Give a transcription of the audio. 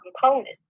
components